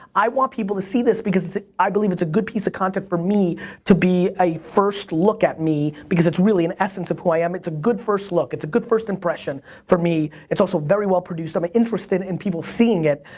i want people to see this because i believe it's a good piece of content for me to be a first look at me because it's really an essence of who i am. um it's a good first look, it's a good first impression for me. it's also very well produced. i'm interested in people seeing it.